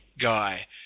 guy